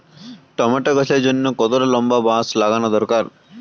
Tomato গাছের জন্যে কতটা লম্বা বাস লাগানো দরকার?